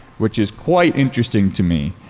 which is quite interesting to me.